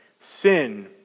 sin